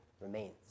remains